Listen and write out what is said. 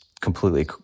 completely